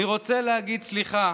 אני רוצה להגיד סליחה